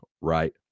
right